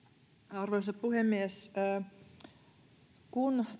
arvoisa puhemies kun